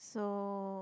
so